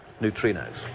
neutrinos